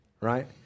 right